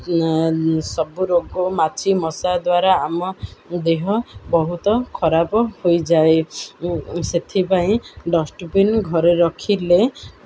ସବୁ ରୋଗ ମାଛି ମଶା ଦ୍ୱାରା ଆମ ଦେହ ବହୁତ ଖରାପ ହୋଇଯାଏ ସେଥିପାଇଁ ଡଷ୍ଟବିିନ ଘରେ ରଖିଲେ